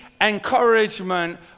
encouragement